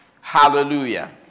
Hallelujah